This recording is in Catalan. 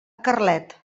carlet